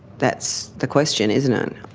that's the question isn't it? and